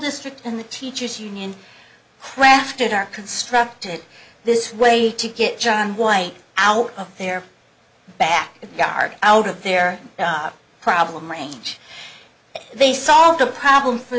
district and the teachers union crafted are constructed this way to get john white out of their back yard out of their problem range they solved the problem for